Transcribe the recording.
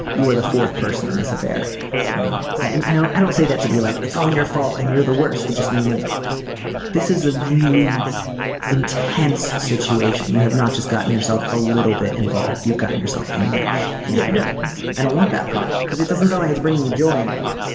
you are the fourth person in this affair and i don't i don't say that to be like it's all your fault and you're the worst. i just mean like this is a really intense situation you have not just gotten yourself a little bit involved you've gotten yourself enmeshed and yeah and i don't want that for you because it doesn't sound like it's bringing you joy anymore.